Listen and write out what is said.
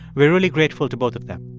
we're really grateful to both of them